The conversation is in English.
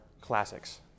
classics